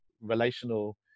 relational